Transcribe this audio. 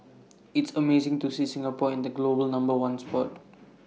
it's amazing to see Singapore in the global number one spot